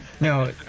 No